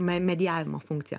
medijevimo funkcija